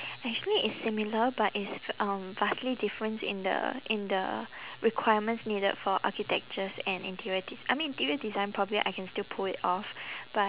actually it's similar but it's um vastly difference in the in the requirements needed for architectures and interior des~ I mean interior design probably I can still pull it off but